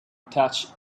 attach